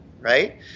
right